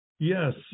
Yes